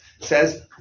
says